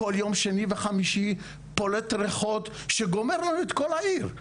כל יום שני וחמישי פולט ריחות שגומר לנו את כל העיר.